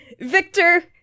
victor